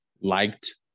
liked